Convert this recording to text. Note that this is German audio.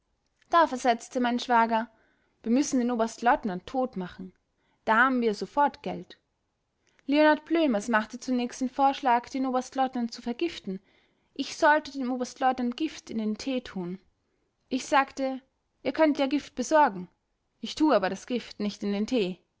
da versetzte mein schwager wir müssen den oberstleutnant totmachen da haben wir sofort geld leonard blömers machte zunächst den vorschlag den oberstleutnant zu vergiften ich sollte dem oberstleutnant gift in den tee tun ich sagte ihr könnt ja gift besorgen ich tue aber das gift nicht in den tee